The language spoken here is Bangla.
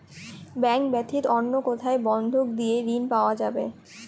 ব্যাংক ব্যাতীত অন্য কোথায় বন্ধক দিয়ে ঋন পাওয়া যাবে?